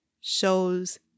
shows